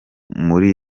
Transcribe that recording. muri